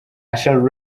usher